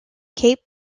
cape